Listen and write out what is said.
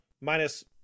minus